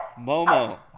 momo